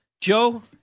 Joe